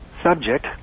subject